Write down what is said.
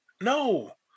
No